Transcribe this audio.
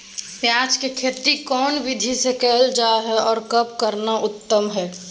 प्याज के खेती कौन विधि से कैल जा है, और कब करना उत्तम है?